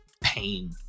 pain